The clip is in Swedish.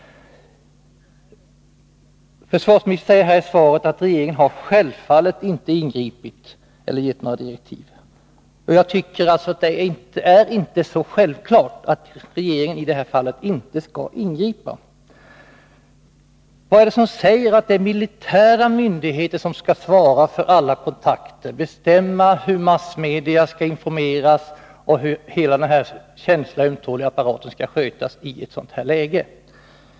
Försvarsministern säger i svaret att regeringen självfallet inte ingripit eller givit några direktiv. Jag tycker inte att det är självklart att regeringen inte skall ingripa i ett sådant fall. Vad är det som säger att militära myndigheter i ett sådant här läge skall svara för alla kontakter, bestämma hur massmedia skall informeras och hur hela denna ömtåliga apparat skall skötas?